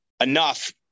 enough